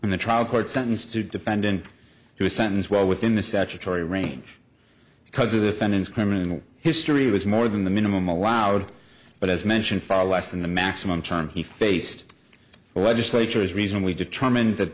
in the trial court sentenced to defendant who sentence well within the statutory range because a defendant's criminal history was more than the minimum allowed but as mentioned far less than the maximum time he faced the legislature is reasonably determined that